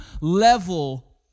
level